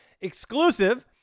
exclusive